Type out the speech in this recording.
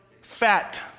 fat